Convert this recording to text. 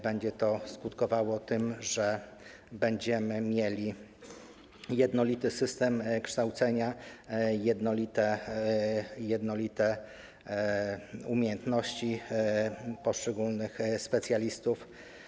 Będzie to skutkowało tym, że będziemy mieli jednolity system kształcenia, jednolite umiejętności poszczególnych specjalistów.